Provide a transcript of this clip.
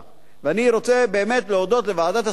ואני רוצה באמת להודות לוועדת השרים,